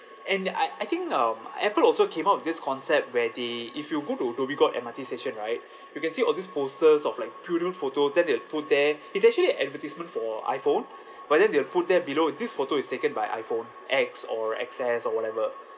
and I I think um apple also came up with this concept where they if you go to dhoby ghaut M_R_T station right you can see all these posters of like photos then they'll put there it's actually advertisement for iphone but then they'll put there below this photo is taken by iphone X or X_S or whatever